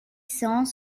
cent